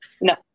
No